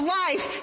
life